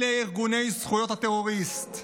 אלה ארגוני זכויות הטרוריסט.